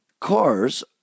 Cars